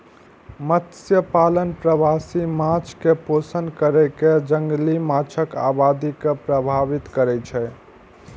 मत्स्यपालन प्रवासी माछ कें पोषण कैर कें जंगली माछक आबादी के प्रभावित करै छै